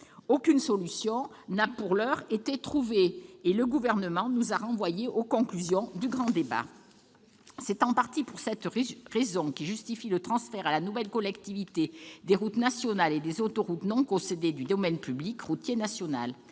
Aucune solution n'a pour l'heure été trouvée, et le Gouvernement nous a renvoyés aux conclusions du grand débat. C'est en partie cette raison qui justifie le transfert à la nouvelle collectivité des routes nationales et des autoroutes non concédées du domaine public routier national.